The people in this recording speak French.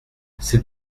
c’est